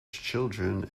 children